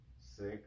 Six